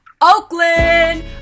Oakland